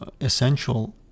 essential